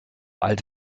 alt